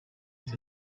ute